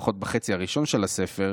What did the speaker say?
לפחות בחצי הראשון של הספר,